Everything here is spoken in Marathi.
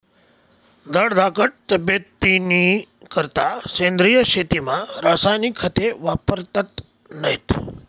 धडधाकट तब्येतनीकरता सेंद्रिय शेतीमा रासायनिक खते वापरतत नैत